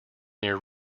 near